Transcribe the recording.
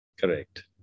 Correct